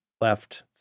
left